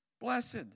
Blessed